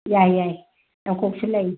ꯌꯥꯏ ꯌꯥꯏ ꯌꯥꯡꯀꯣꯛꯁꯨ ꯂꯩ